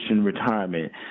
retirement